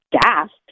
gasped